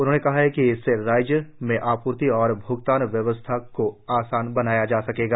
उन्होंने कहा कि इससे राज्य में आपूर्ति और भ्गतान व्यवस्था को आसान बनाया जा सकेगा